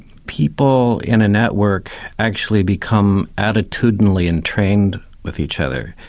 people in a network actually become attitudinally entrained with each other.